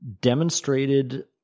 demonstrated